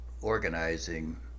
organizing